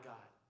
God